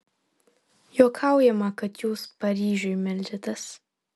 juokaujama kad jūs paryžiui meldžiatės